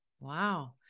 Wow